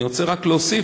אני רוצה רק להוסיף,